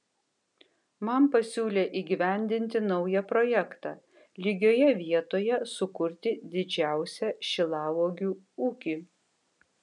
man pasiūlė įgyvendinti naują projektą lygioje vietoje sukurti didžiausią šilauogių ūkį